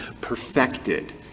perfected